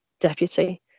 deputy